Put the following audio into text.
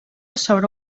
sobre